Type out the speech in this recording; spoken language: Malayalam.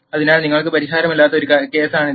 അതിനാൽ നിങ്ങൾക്ക് പരിഹാരമില്ലാത്ത ഒരു കേസാണിത്